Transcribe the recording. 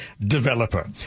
developer